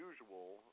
usual